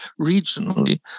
regionally